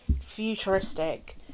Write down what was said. futuristic